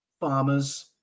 farmers